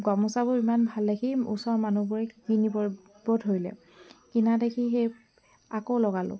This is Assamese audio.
গামোচাবোৰ ইমান ভাল দেখি ওচৰৰ মানুহবোৰে কিনিব ধৰিলে কিনা দেখি সেই আকৌ লগালোঁ